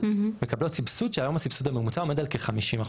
מקבלות סבסוד שהיום הסבסוד הממוצע עומד על כ- 50%,